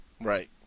Right